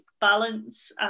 balance